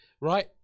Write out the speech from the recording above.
Right